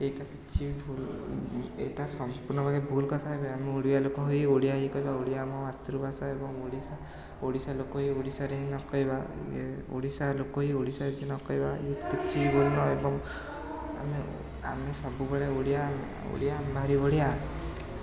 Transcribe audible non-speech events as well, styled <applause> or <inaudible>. ଏଇଟା କିଛି ବି ଭୁଲ ଏଇଟା ସମ୍ପୂର୍ଣ୍ଣ ଭାବେ ଭୁଲ କଥା ଏବେ ଆମ ଓଡ଼ିଆ ଲୋକ ହେଇ ଓଡ଼ିଆ ହିଁ କହିବା ଓଡ଼ିଆ ଆମ ମାତୃଭାଷା ଏବଂ ଓଡ଼ିଶା ଓଡ଼ିଶା ଲୋକ ହେଇ ଓଡ଼ିଶା ରେ ଯଦି ନ କହିବା ଓଡ଼ିଶା ଲୋକ ହେଇ ଓଡ଼ିଶା ଯଦି ନ କହିବା ଇଏ କିଛି <unintelligible> ଏବଂ ଆମେ ଆମେ ସବୁବେଳେ ଓଡ଼ିଆ ଓଡ଼ିଆ ଆମେ ଭାରି ବଢ଼ିଆ